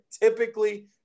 typically